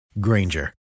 Granger